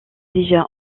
déjà